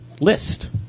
list